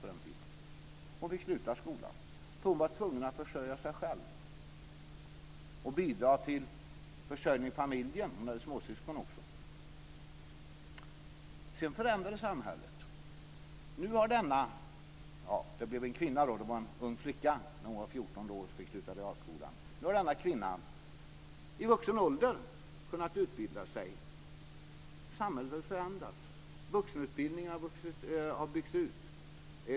Hon fick sluta skolan, för hon var tvungen att försörja sig själv och bidra till försörjningen av familjen. Hon hade småsyskon också. Sedan förändrades samhället. Nu har denna kvinna - som ju var en ung flicka när hon var 14 och fick sluta realskolan - i vuxen ålder kunnat utbilda sig. Samhället förändras. Vuxenutbildningen har byggts ut.